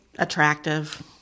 attractive